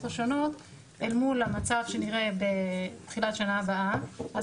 השונות אל מול המצב שנראה בתחילת שנה הבאה.